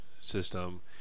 system